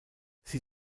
sie